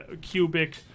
cubic